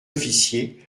officier